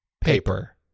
paper